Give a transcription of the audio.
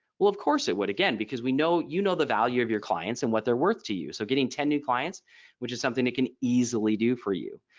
well of course it would again because we know you know the value of your clients and what they're worth to you. so getting ten new clients which is something they can easily do for you.